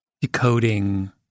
decoding